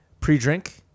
pre-drink